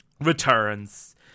returns